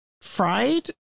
fried